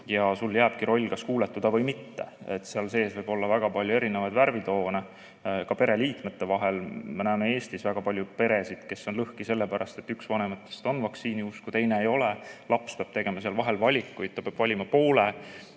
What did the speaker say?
ja sulle jääbki see roll, kas kuuletuda või mitte. Seal sees võib olla väga palju erinevaid värvitoone, ka pereliikmete vahel. Me näeme Eestis väga palju peresid, kes on lõhki sellepärast, et üks vanematest on vaktsiiniusku, teine ei ole, laps peab tegema seal vahel valiku, ta peab valima poole.